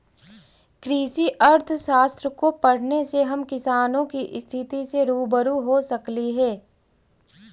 कृषि अर्थशास्त्र को पढ़ने से हम किसानों की स्थिति से रूबरू हो सकली हे